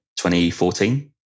2014